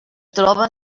troba